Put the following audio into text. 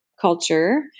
culture